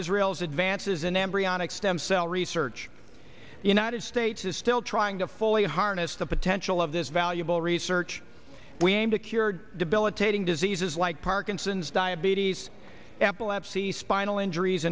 israel's advances in embryonic stem cell research the united states is still trying to fully harness the potential of this valuable research we aim to cure debilitating diseases like parkinson's diabetes epilepsy spinal injuries